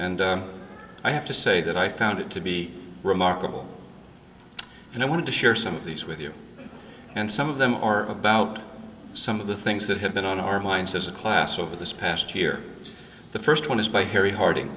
and i have to say that i found it to be remarkable and i wanted to share some of these with you and some of them are about some of the things that have been on our minds as a class over this past year the first one is by harry hard